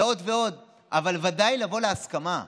ועוד ועוד, אבל ודאי לבוא להסכמה,